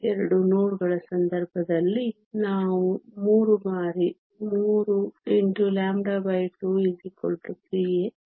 2 ನೋಡ್ಗಳ ಸಂದರ್ಭದಲ್ಲಿ ನಾವು 3 ಬಾರಿ 3 2 3a